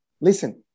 listen